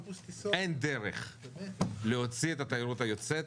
אין דרך להוציא את התיירות היוצאת